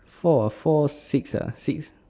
four ah four six ah six